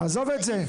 עזבי את זה,